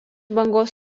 bangos